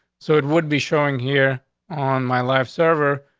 so it would be showing here on my life server.